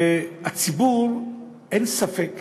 והציבור, אין ספק,